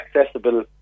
accessible